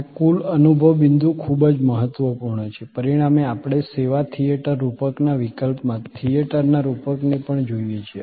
આ કુલ અનુભવ બિંદુ ખૂબ જ મહત્વપૂર્ણ છે પરિણામે આપણે સેવા થિયેટર રૂપકના વિકલ્પમાં થિયેટરના રૂપકને પણ જોઈએ છીએ